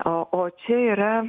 o o čia yra